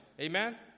Amen